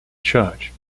church